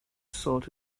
sought